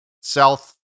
South